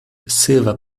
silver